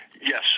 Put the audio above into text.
Yes